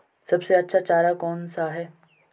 सबसे अच्छा चारा कौन सा है?